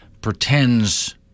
pretends